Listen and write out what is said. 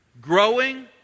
Growing